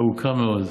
ארוכה מאוד.